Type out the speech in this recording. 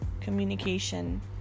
communication